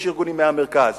יש ארגונים מהמרכז,